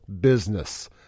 business